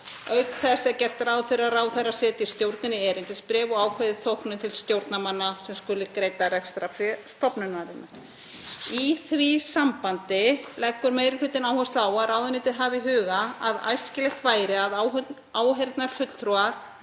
Auk þess er gert ráð fyrir að ráðherra setji stjórninni erindisbréf og ákveði þóknun til stjórnarmanna sem skuli greidd af rekstrarfé stofnunarinnar. Í því sambandi leggur meiri hlutinn áherslu á að ráðuneytið hafi í huga að æskilegt væri að áheyrnarfulltrúar